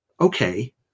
Okay